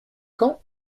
quand